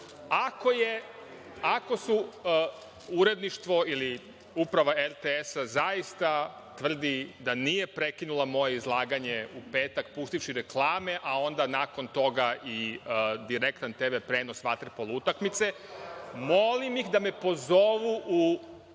je uredništvo ili uprava RTS-a zaista tvrdi da nije prekinula moje izlaganje u petak, pustivši reklame, a onda nakon toga i direktan tv prenos vaterpolo utakmice, molim ih da me pozovu u